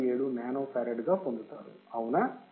57 nanofarad గా పొందుతారు అవునా